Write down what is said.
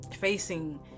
facing